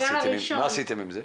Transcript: מה עשיתם עם זה?